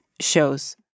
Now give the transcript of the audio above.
shows